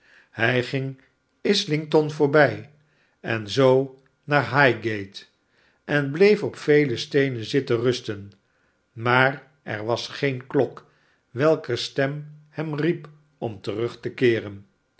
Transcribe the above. hij ging islington voorbij en zoo naar highgate en bleef op vele steenen zitten rusten maar er was geen klok welker stem hem riep om terug te keeren